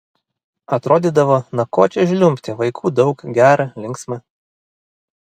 atrodydavo na ko čia žliumbti vaikų daug gera linksma